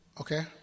Okay